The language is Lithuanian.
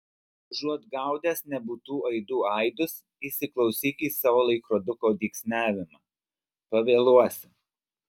užuot gaudęs nebūtų aidų aidus įsiklausyk į savo laikroduko dygsniavimą pavėluosi